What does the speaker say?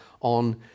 on